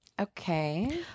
okay